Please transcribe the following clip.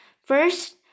First